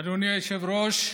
אדוני היושב-ראש,